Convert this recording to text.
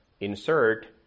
insert